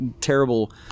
terrible